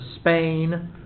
Spain